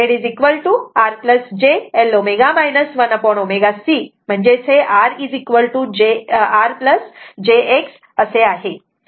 म्हणून impedance ZR j L ω 1ω C R jX असा आहे